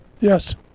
Yes